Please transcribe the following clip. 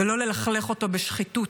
ולא ללכלך אותו בשחיתות,